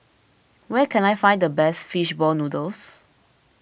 where can I find the best Fish Ball Noodles